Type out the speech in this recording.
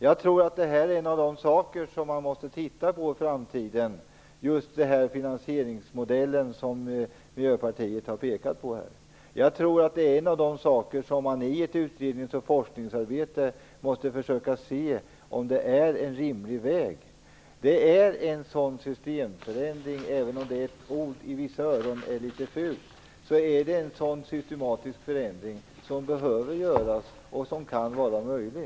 Jag tror att just den finansieringsmodell som Miljöpartiet har pekat på är något man måste titta på i framtiden. Jag tror att man i ett utrednings och forskningsarbete måste försöka ta reda på om detta är en rimlig väg. Även om det i vissa öron låter litet fult, är detta en systemförändring som behöver göras och som kan vara möjlig.